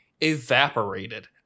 evaporated